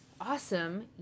awesome